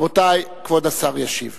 רבותי, כבוד השר ישיב.